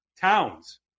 Towns